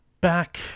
back